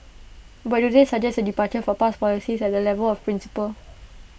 but do they suggest A departure for past policies at the level of principle